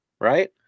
right